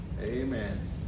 Amen